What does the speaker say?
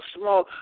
small